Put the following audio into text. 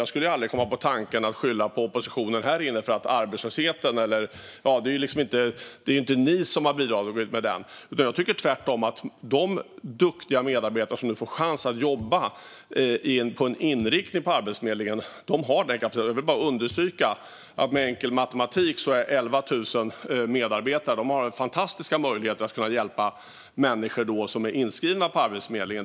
Jag skulle aldrig komma på tanken att skylla på oppositionen här inne för att arbetslösheten är som den är. Det är ju inte ni som har bidragit till den. De duktiga medarbetare som nu får chans att jobba med denna inriktning på Arbetsförmedlingen har kapaciteten. Jag vill bara understryka att med enkel matematik är det 11 000 medarbetare som har fantastiska möjligheter att hjälpa människor som är inskrivna hos Arbetsförmedlingen.